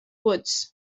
woods